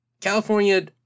California